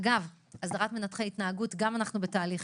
גם לגבי הסדר מנתחי התנהגות אנחנו בתהליך.